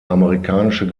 amerikanische